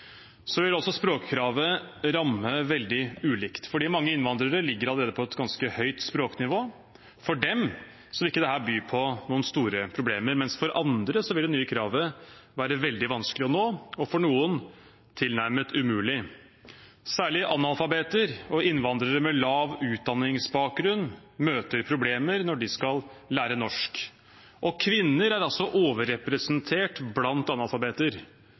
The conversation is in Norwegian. Språkkravet vil også ramme veldig ulikt. Mange innvandrere ligger allerede på et ganske høyt språknivå. For dem vil ikke dette by på noen store problemer, mens for andre vil det nye kravet være veldig vanskelig å nå, og for noen tilnærmet umulig. Særlig analfabeter og innvandrere med lav utdanningsbakgrunn møter problemer når de skal lære norsk. Kvinner er overrepresentert blant analfabeter.